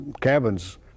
cabins